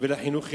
ולחינוך ילדינו.